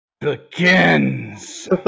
begins